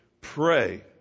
pray